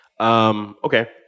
okay